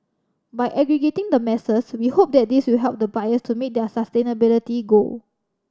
by aggregating the masses we hope that this will help the buyers to meet their sustainability goal